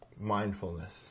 mindfulness